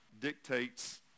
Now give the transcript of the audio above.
dictates